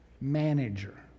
Manager